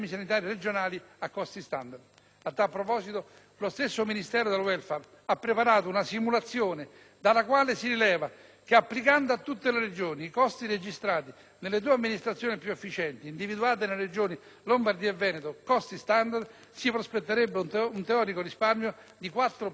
A tal proposito, lo stesso Ministero del *welfare* ha preparato una simulazione dalla quale si rileva che applicando a tutte le Regioni i costi registrati nelle due amministrazioni più efficienti, individuate nelle regioni Lombardia e Veneto (costi standard), si prospetterebbe un teorico risparmio di 4,5 miliardi di euro l'anno.